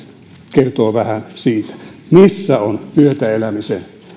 kertoo vähän siitä missä on myötäelämisen